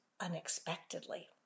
unexpectedly